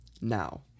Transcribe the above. now